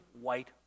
white